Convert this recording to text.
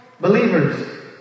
Believers